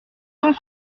tant